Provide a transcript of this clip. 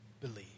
believe